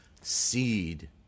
Seed